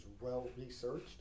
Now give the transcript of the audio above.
well-researched